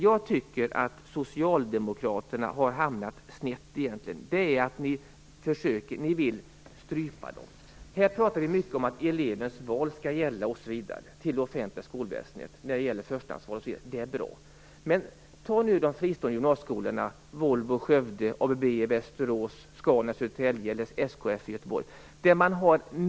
Jag tycker att ni socialdemokrater har hamnat snett när ni vill strypa dessa skolor. Här pratar vi mycket om att elevens förstahandsval skall gälla i fråga om det allmänna skolväsendet. Det är bra. Men se på de fristående gymnasieskolorna, t.ex. Volvo i i Göteborg.